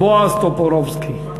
בועז טופורובסקי,